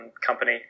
company